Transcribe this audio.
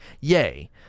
Yay